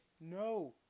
no